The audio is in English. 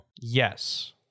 Yes